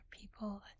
people